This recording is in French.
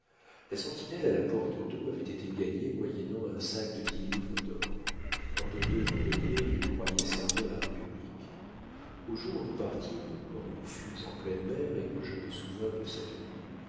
la sentinelle à la porte d'eau avait été gagnée moyennant un sac de dix livres d'or quant aux deux gondoliers ils croyaient servir la république au jour nous partîmes quand nous fûmes en pleine mer et que je me souvins de cette nuit